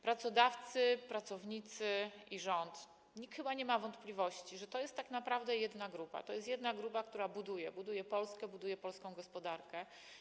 Pracodawcy, pracownicy i rząd, nikt chyba nie ma wątpliwości, że to jest tak naprawdę jedna grupa, która buduje, buduje Polskę, buduje polską gospodarkę.